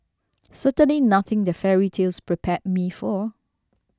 certainly nothing that fairy tales prepared me for